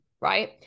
right